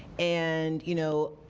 and, you know,